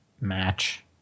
match